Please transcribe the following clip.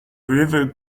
river